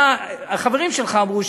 החברים שלך אמרו,